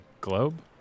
globe